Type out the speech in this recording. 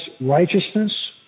righteousness